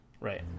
Right